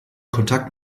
kontakt